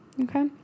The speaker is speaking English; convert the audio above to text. Okay